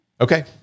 Okay